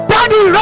Daddy